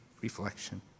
reflection